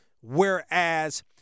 whereas